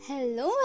Hello